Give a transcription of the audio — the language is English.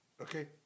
Okay